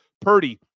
Purdy